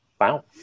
Wow